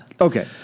Okay